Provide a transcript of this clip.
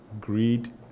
greed